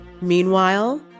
Meanwhile